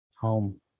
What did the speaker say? Home